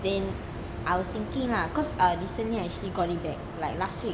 then I was thinking lah cause err recently I actually got it back like last week